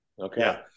Okay